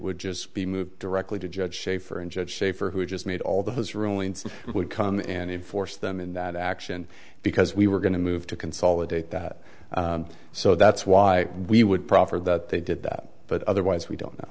would just be moved directly to judge schaefer and judge shafer who just made all those rulings would come and force them in that action because we were going to move to consolidate that so that's why we would proffer that they did that but otherwise we don't